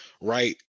right